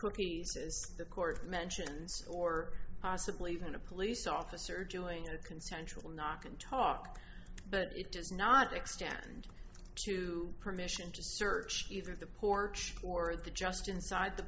cookies the court mentions or possibly even a police officer doing a consensual knock and talk but it does not extend to permission to search either the poor or the just inside the